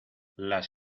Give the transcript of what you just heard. las